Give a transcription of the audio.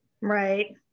Right